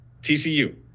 TCU